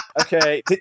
Okay